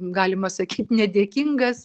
galima sakyt nedėkingas